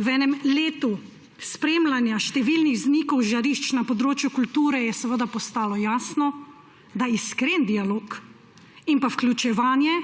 V enem letu spremljanja številnih vznikov žarišč na področju kulture je seveda postalo jasno, da iskren dialog in vključevanje